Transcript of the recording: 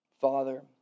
Father